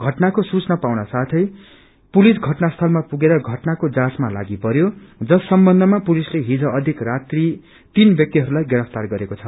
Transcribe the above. घटनाको सुचना पाउन साथे पुलिस घटनास्थलमा पुगेर घटनको जाँचमा लागि पर्यो जस सम्बन्धमा पुलिसले हिज अधिक राति तीन व्याक्तिहरूलाई गिरफ्तार गरेको छ